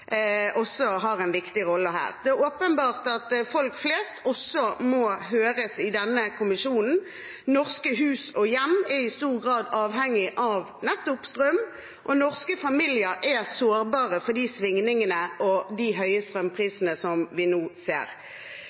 også har en viktig rolle her. Det er åpenbart at folk flest også må høres i denne kommisjonen. Norske hus og hjem er i stor grad avhengige av nettopp strøm, og norske familier er sårbare for de svingningene og de høye strømprisene som vi nå ser.